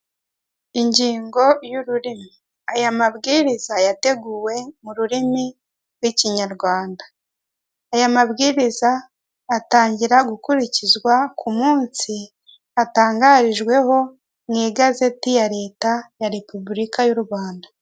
Ingingo y'ururimi aya mabwiriza yateguwe mu rurimi rw'ikinyarwanda, aya mabwiriza atangira gukurikizwa ku munsi atangarijweho mu igazeti ya leta ya repubulika y'u Rwanda.